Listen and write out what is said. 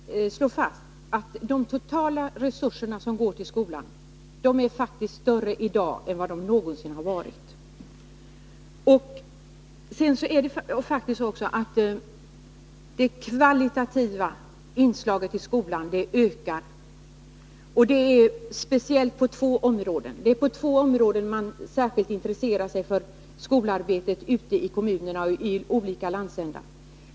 Herr talman! Jag vill bara till sist slå fast att de totala resurserna som går till skolan faktiskt är större i dag än de någonsin har varit. Det kvalitativa inslaget i skolan ökar också, och det är speciellt på två områden som man intresserar sig för skolarbetet ute i kommunerna och i olika landsändar.